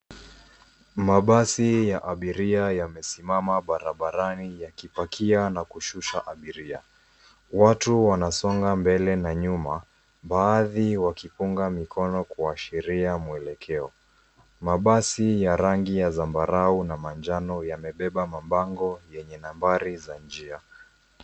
Mabasi ya abiria yamesimama barabarani yakipakia na kushusha abiria. Watu wanasonga mbele na nyuma baadhi wakipunga mikono kuashiria mwelekeo. Mabasi ya rangi ya zambarau na manjano yamebeba mabango yenye nambari za njia.